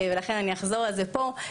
ולכן אני אחזור על זה פה.